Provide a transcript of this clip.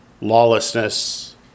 lawlessness